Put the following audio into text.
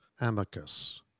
amicus